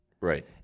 Right